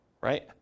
right